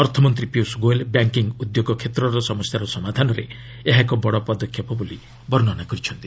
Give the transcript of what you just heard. ଅର୍ଥମନ୍ତ୍ରୀ ପୀୟୁଷ ଗୋଏଲ୍ ବ୍ୟାଙ୍କିଙ୍ଗ୍ ଉଦ୍ୟୋଗ କ୍ଷେତ୍ରର ସମସ୍ୟାର ସମାଧାନରେ ଏହା ଏକ ବଡ଼ ପଦକ୍ଷେପ ବୋଲି ବର୍ଣ୍ଣନା କରିଛନ୍ତି